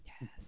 Yes